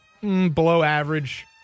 below-average